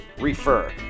refer